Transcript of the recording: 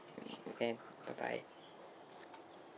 okay can bye bye